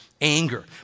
anger